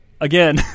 Again